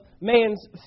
man's